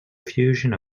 fusion